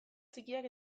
txikiak